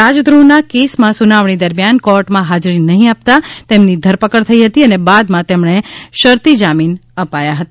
રાજદ્રોહ ના કેસમાં સુનાવણી દરમિયાન કોર્ટમાં હાજરી નહીં આપતા તેમની ધરપકડ થઈ હતી અને બાદમાં તેમણે શરતી જામીન અપાયા હતા